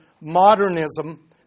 modernism